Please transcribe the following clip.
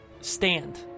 stand